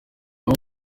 abo